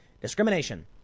discrimination